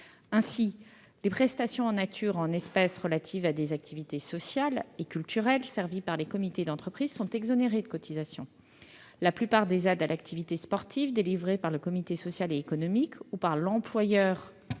Ainsi, les prestations en nature ou en espèces relatives à des activités sociales et culturelles servies par les comités d'entreprise sont exonérées de cotisations. La plupart des aides à l'activité sportive délivrées par le comité social et économique, ou par l'employeur en